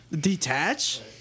Detach